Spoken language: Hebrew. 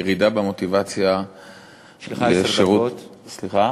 ירידה במוטיבציה לשירות, סליחה.